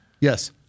Yes